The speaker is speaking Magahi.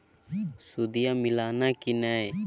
सुदिया मिलाना की नय?